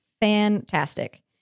Fantastic